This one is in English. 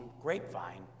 Grapevine